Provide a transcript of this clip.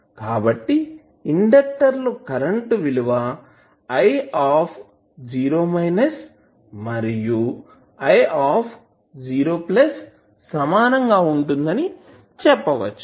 కాబట్టి ఇండక్టర్ లో కరెంట్ విలువ i మరియు i0 సమానం గా ఉంటుందని చెప్పవచ్చు